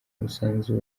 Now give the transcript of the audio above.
umusanzu